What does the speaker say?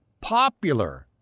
popular